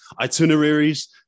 itineraries